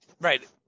right